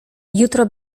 jutro